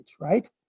right